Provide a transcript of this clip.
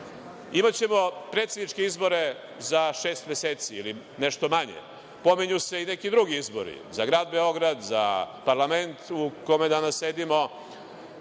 zemlje. Imaćemo predsedničke izbore za šest meseci ili nešto manje. Pominju se i neki drugi izbori za grad Beograd, za parlament u kome danas sedimo.